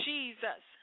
Jesus